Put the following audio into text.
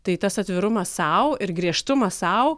tai tas atvirumas sau ir griežtumas sau